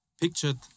pictured